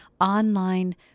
online